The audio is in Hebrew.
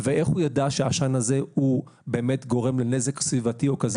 איך הוא יידע שהעשן הזה באמת גורם לנזק סביבתי כזה או אחר?